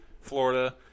Florida